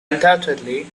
undoubtedly